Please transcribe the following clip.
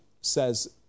says